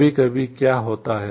कभी कभी क्या होता है